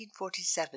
1947